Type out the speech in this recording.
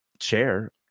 Chair